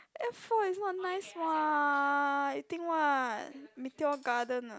F four is not nice what you think what Meteor Garden ah